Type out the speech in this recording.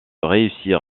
réussir